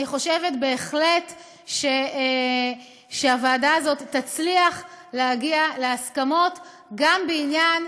אני חושבת בהחלט שהוועדה הזאת תצליח להגיע להסכמות גם בעניין